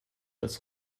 als